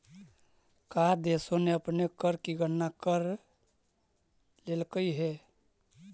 का देशों ने अपने कर की गणना कर लेलकइ हे